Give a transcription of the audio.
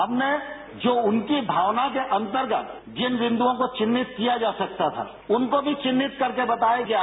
हमने जो उनकी भावना के अंतर्गत जिन बिन्दुओं को चिन्हित किया जा सकता था उनको भी चिन्हित करके बताया गया है